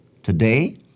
Today